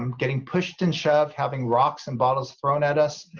um getting pushed and shoved having rocks and bottles thrown at us.